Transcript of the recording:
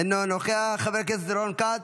אינו נוכח, חבר הכנסת רון כץ,